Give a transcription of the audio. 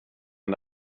den